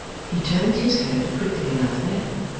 he turned his head quickly enough then,